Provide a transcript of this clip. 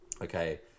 okay